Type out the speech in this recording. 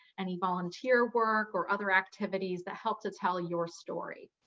any volunteer work or other activities that help to tell your story.